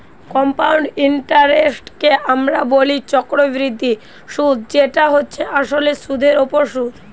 compound ইন্টারেস্টকে আমরা বলি চক্রবৃদ্ধি সুধ যেটা হচ্ছে আসলে সুধের ওপর সুধ